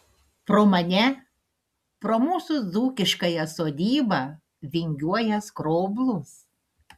pro mane pro mūsų dzūkiškąją sodybą vingiuoja skroblus